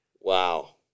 Wow